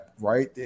right